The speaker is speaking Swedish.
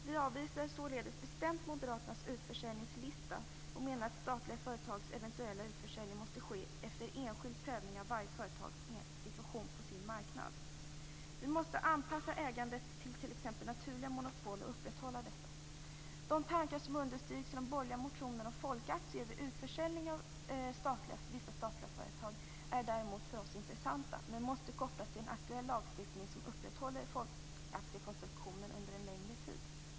Vi avvisar således bestämt Moderaternas utförsäljningslista och menar att statliga företags eventuella utförsäljning måste ske efter enskild prövning av varje företags situation på marknaden. Vi måste anpassa ägandet till naturliga monopol och upprätthålla dessa. De tankar som understryks i de borgerliga motionerna om folkaktier vid utförsäljning av vissa statliga företag är däremot för oss intressanta. De måste kopplas till en aktuell lagstiftning som upprätthåller folkaktiekonstruktionen under en längre tid.